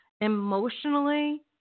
emotionally